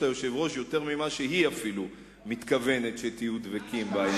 היושב-ראש יותר ממה שאפילו היא מתכוונת שתהיו דבקים.